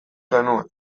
genuen